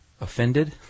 offended